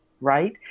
right